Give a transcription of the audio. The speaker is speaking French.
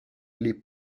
les